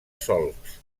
solcs